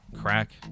crack